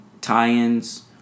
tie-ins